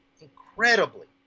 Incredibly